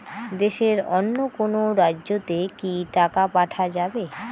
দেশের অন্য কোনো রাজ্য তে কি টাকা পাঠা যাবে?